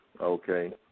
okay